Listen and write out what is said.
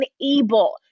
unable